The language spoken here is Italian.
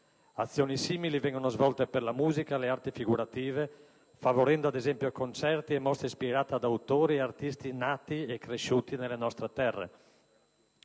Azioni simili vengono svolte per la musica e le arti figurative, favorendo ad esempio concerti e mostre ispirate ad autori e artisti nati e cresciuti nelle nostre terre.